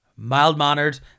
mild-mannered